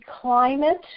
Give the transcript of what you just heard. climate